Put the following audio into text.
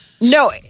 No